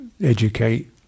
educate